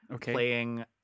playing